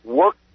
work